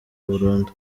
burundu